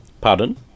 Pardon